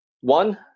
One